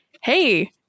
hey